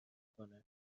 کنه